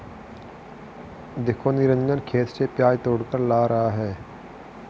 देखो निरंजन खेत से प्याज तोड़कर ला रहा है